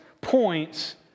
points